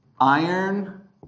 iron